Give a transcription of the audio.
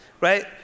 right